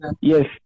yes